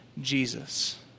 Jesus